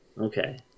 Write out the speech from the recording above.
Okay